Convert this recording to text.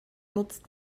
nutzt